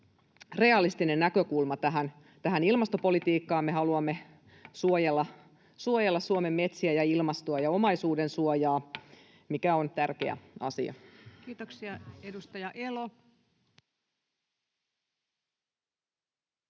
realistinen näkökulma tähän ilmastopolitiikkaan. Me haluamme suojella Suomen metsiä ja ilmastoa ja omaisuudensuojaa, mikä on tärkeä asia. [Speech 166]